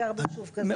זה מאוד פתוח.